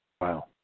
Wow